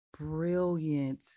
brilliant